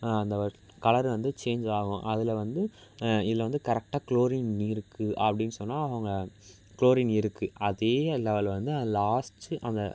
அந்த ஒரு கலர் வந்து சேஞ்ச் ஆகும் அதில் வந்து இதில் கரெக்டாக குளோரின் இருக்குது அப்படின்னு சொன்னால் அதை அவங்க குளோரின் இருக்குது அதே லெவல் வந்து அதில் லாஸ்ட்டு அந்த